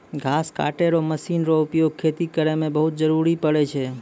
घास कटै रो मशीन रो उपयोग खेती करै मे बहुत जरुरी पड़ै छै